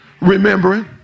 remembering